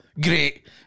Great